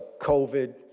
COVID